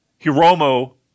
Hiromo